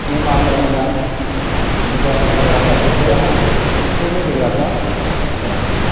में माता रानी दा जरगा जगराता सुक्खे दा हा ते में जगराता कराया